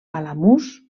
alamús